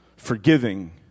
forgiving